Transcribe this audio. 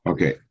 Okay